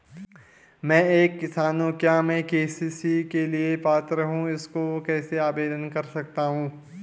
मैं एक किसान हूँ क्या मैं के.सी.सी के लिए पात्र हूँ इसको कैसे आवेदन कर सकता हूँ?